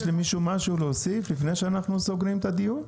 יש למישהו משהו להוסיף לפני שאנחנו סוגרים את הדיון?